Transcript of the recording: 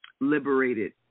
liberated